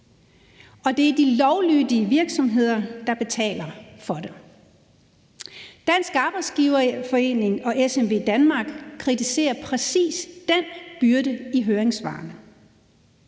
og det er de lovlydige virksomheder, der betaler for det. Dansk Arbejdsgiverforening og SMVdanmark kritiserer præcis den byrde i høringssvarene.